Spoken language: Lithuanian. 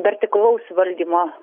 vertikalaus valdymo